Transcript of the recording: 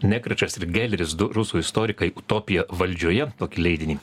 nekračas ir geleris du rusų istorikai topija valdžioje tokį leidinį